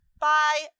bye